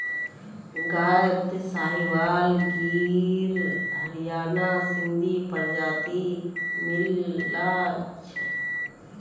गायत साहीवाल गिर हरियाणा सिंधी प्रजाति मिला छ